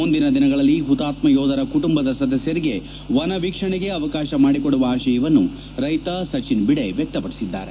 ಮುಂದಿನ ದಿನಗಳಲ್ಲಿ ಹುತಾತ್ಮ ಯೋಧರ ಕುಟುಂಬದ ಸದಸ್ಯರಿಗೆ ವನ ವೀಕ್ಷಣೆಗೆ ಅವಕಾಶ ಮಾಡಿಕೊಡುವ ಆಶಯವನ್ನು ರೈತ ಸಚಿನ್ ಭಿಡೆ ವ್ಯಕ್ತಪದಿಸಿದ್ದಾರೆ